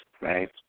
right